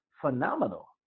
phenomenal